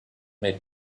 may